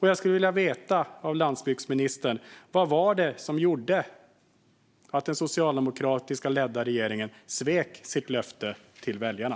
Jag skulle vilja höra från landsbygdsministern vad det var som gjorde att den socialdemokratiskt ledda regeringen svek sitt löfte till väljarna.